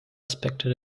aspekte